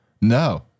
No